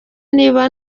niba